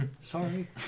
Sorry